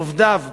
עובדיו פגועים,